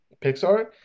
Pixar